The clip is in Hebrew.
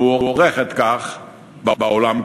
המוערכת כך בעולם כולו.